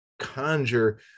conjure